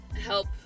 help